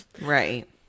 right